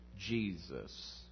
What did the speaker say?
Jesus